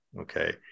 okay